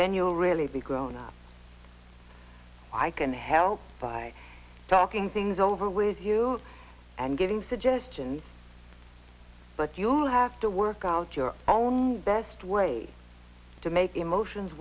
then you'll really be grown up i can help by talking things over with you and giving suggestions but you'll have to work out your own best ways to make the emotions